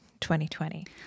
2020